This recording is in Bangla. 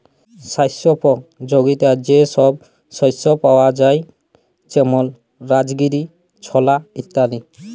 স্বাস্থ্যপ যগীতা যে সব শস্য পাওয়া যায় যেমল রাজগীরা, ছলা ইত্যাদি